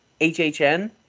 HHN